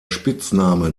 spitzname